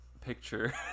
picture